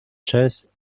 chess